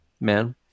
man